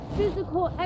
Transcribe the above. physical